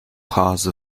cause